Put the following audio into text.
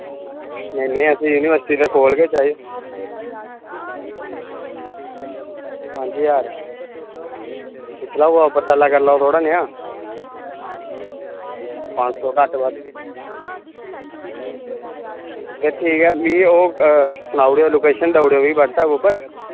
हां पंज सौ घट्ट ब नेईं नेईं असें ई यूनीवर्सिटी दे कोल गै चाहिदा पंज ज्हार दिक्खी लैओ उप्पर थल्ले करी लैओ थोहड़ा निद्ध ते ठीक ऐ मिगी ओह् सनाई ओड़ेओ मिगी लोकेशन देई ओड़ेओ व्हाट्सऐप पर